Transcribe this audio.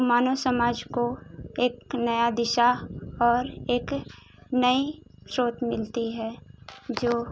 मानों समाज को एक नया दिशा और एक नई स्त्रोत मिलती है जो